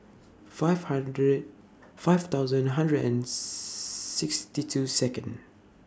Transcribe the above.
five hundred five thousand hundred and sixty two Second